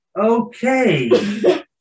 Okay